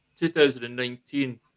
2019